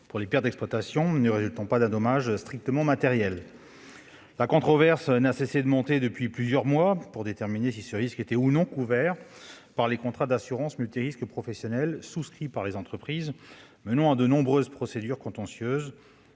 pour les pertes d'exploitation ne résultant pas d'un dommage strictement matériel. La controverse n'a cessé de monter depuis plusieurs mois pour déterminer si ce risque était couvert ou non par les contrats d'assurance multirisque professionnelle souscrits par les entreprises, ce qui a conduit à de nombreuses procédures contentieuses.